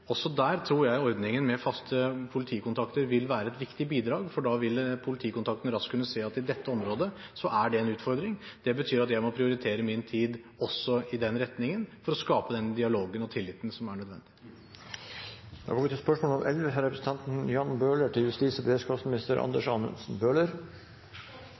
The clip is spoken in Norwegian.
Også her tror jeg ordningen med faste politikontakter vil være et viktig bidrag. Da vil politikontaktene raskt kunne se at i dette området er det en utfordring. Det betyr at de må prioritere sin tid også i den retningen, for å skape den dialogen og tilliten som er nødvendig. Jeg vil gjerne stille følgende spørsmål